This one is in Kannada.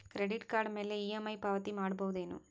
ಕ್ರೆಡಿಟ್ ಕಾರ್ಡ್ ಮ್ಯಾಲೆ ಇ.ಎಂ.ಐ ಪಾವತಿ ಮಾಡ್ಬಹುದೇನು?